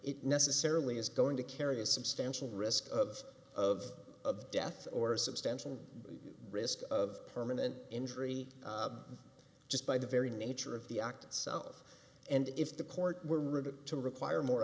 it necessarily is going to carry a substantial risk of of death or substantial risk of permanent injury just by the very nature of the act itself and if the court were written to require more